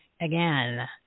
again